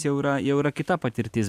jau yra jau yra kita patirtis